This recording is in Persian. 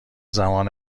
زمان